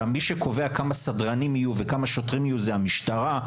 מי שקובע כמה סדרנים יהיו וכמה שוטרים יהיו זאת המשטרה.